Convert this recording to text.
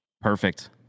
Perfect